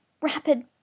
rapid